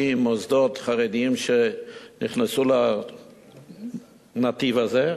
עם מוסדות חרדיים שנכנסו לנתיב הזה,